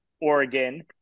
Oregon